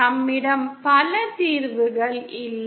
நம்மிடம் பல தீர்வுகள் இல்லை